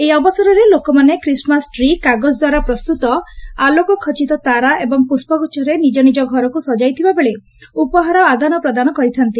ଏହି ଅବସରରେ ଲୋକମାନେ ଖ୍ରୀଷ୍ଟମାସ ଟ୍ରି କାଗଜ ଦ୍ୱାରା ପ୍ରସ୍ତୁତ ଆଲୋକ ଖଚିତ ତାରା ଏବଂ ପୁଷ୍ବଗୁଛରେ ନିଜନିଜ ଘରକୁ ସଜାଇଥିବା ବେଳେ ଉପହାର ଆଦାନପ୍ରଦାନ କରିଥାଆନ୍ତି